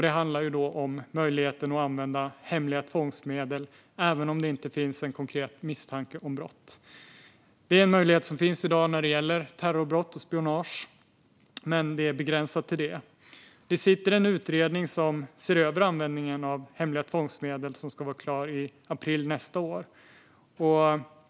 Det gäller möjligheten att använda hemliga tvångsmedel även om det inte finns någon konkret misstanke om brott. Den möjligheten finns i dag när det gäller terrorbrott och spionage, men det är begränsat till det. Det har tillsatts en utredning som ser över användningen av hemliga tvångsmedel. Den ska vara klar i april nästa år.